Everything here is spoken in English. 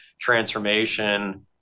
transformation